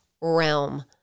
realm